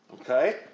Okay